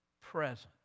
present